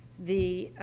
the